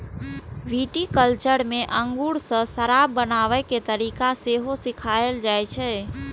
viticulture मे अंगूर सं शराब बनाबै के तरीका सेहो सिखाएल जाइ छै